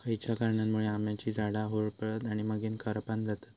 खयच्या कारणांमुळे आम्याची झाडा होरपळतत आणि मगेन करपान जातत?